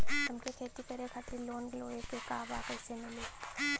हमके खेती करे खातिर लोन लेवे के बा कइसे मिली?